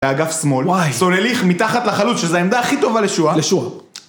באגף שמאל... - וואי. צוללי... מתחת לחלוץ, שזו העמדה הכי טובה לשועה. - לשועה.